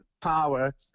power